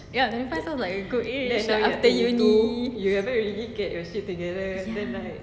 ya twenty five sounds like a good age after uni ya